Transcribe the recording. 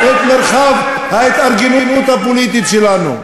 את מרחב ההתארגנות הפוליטית שלנו,